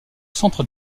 centre